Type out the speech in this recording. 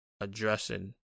addressing